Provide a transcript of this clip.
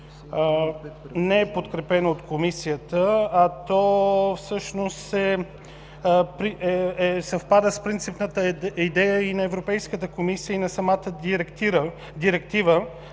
не е подкрепено от Комисията, а то съвпада с принципната идея и на Европейската комисия, и на самата Директива